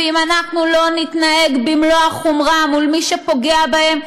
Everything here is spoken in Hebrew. ואם אנחנו לא נתנהג במלוא החומרה מול מי שפוגע בהם,